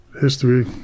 history